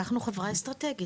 לקחנו חברה אסטרטגית.